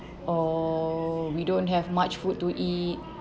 oh we don't have much food to eat